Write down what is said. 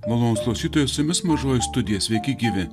malonūs klausytojai su jumis mažoji studija sveiki gyvi